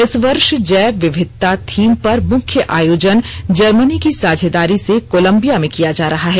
इस वर्ष जैव विविधता थीम पर मुख्य आयोजन जर्मनी की साझेदारी से कोलम्बिया में किया जा रहा है